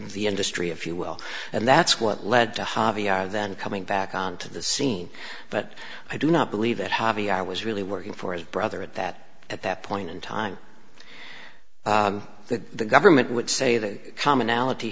the industry if you will and that's what led to javier then coming back on to the scene but i do not believe that harvey i was really working for his brother at that at that point in time the government would say the commonality